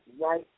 right